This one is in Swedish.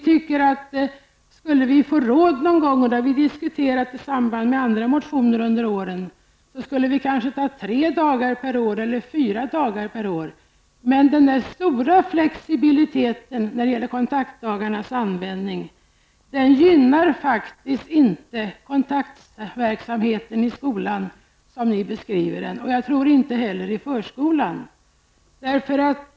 Om vi skulle få råd någon gång -- det har vi diskuterat i samband med andra motioner under åren -- skulle vi kanske ta tre eller fyra dagar per år. Den stora flexibiliteten när det gäller kontaktdagarnas användning gynnar faktiskt inte kontaktverksamheten i skolan som ni beskriver den, och jag tror inte heller att den gör det i förskolan.